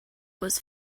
was